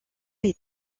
est